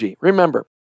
Remember